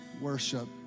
worship